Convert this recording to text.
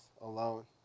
alone